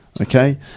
Okay